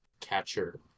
catcher